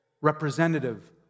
representative